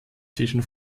zwischen